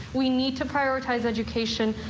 we need to prioritize education.